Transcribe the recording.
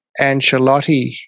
Ancelotti